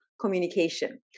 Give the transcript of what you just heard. communication